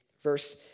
verse